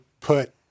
put